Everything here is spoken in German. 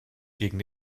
gegen